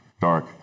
dark